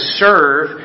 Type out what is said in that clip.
serve